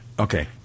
Okay